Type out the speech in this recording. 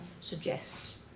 suggests